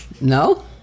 No